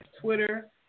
Twitter